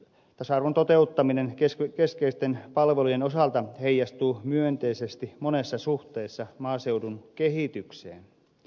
tasa arvon toteuttaminen keskeisten palveluiden osalta heijastuu myönteisesti monessa suhteessa maaseudun kehitykseen